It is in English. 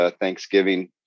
Thanksgiving